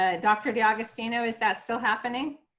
ah dr. d'agostino, is that still happening?